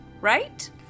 right